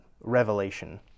revelation